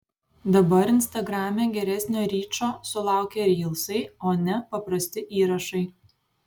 dabar instagrame geresnio ryčo sulaukia rylsai o ne paprasti įrašai